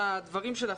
מהדברים שלך,